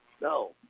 no